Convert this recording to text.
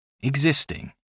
existing